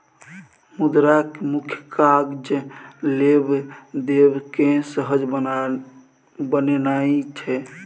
मुद्राक मुख्य काज लेब देब केँ सहज बनेनाइ छै